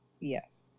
Yes